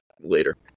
later